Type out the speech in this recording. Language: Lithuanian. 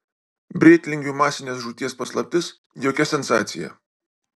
brėtlingių masinės žūties paslaptis jokia sensacija